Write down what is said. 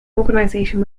organisation